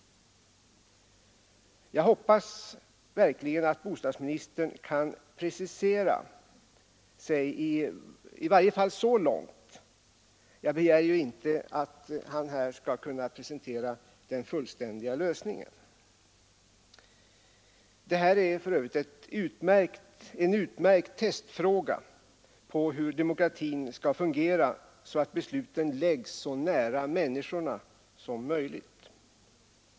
Jag hoppas att bostadsministern kan precisera sig i vart fall så långt — jag begär inte att han här skall kunna presentera den fullständiga lösningen. Detta är för övrigt en utmärkt testfråga på hur demokratin skall fungera så att besluten läggs så nära människorna som möjligt.